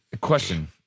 Question